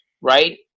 Right